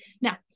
Now